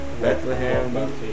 bethlehem